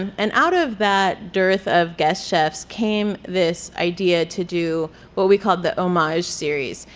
and and out of that dearth of guest chefs came this idea to do what we called the homage series.